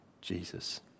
Jesus